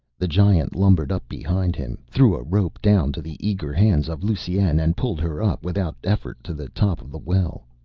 the giant lumbered up behind him, threw a rope down to the eager hands of lusine and pulled her up without effort to the top of the well.